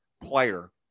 player